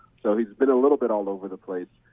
so he's been a little bit all over the place.